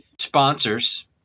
sponsors